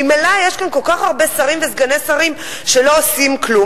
ממילא יש כאן כל כך הרבה שרים וסגני שרים שלא עושים כלום.